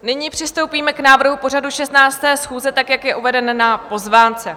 Nyní přistoupíme k návrhu pořadu 16. schůze tak, jak je uvedeno na pozvánce.